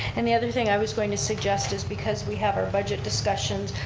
and the other thing i was going to suggest is because we have our budget discussions,